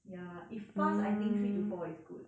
ya if fast I think three to four is good